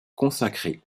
consacré